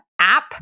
app